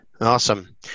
awesome